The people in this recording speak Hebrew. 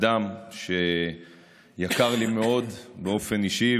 אדם שיקר לי מאוד באופן אישי,